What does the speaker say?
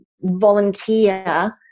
volunteer